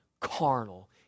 carnal